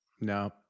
No